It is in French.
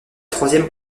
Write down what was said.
troisième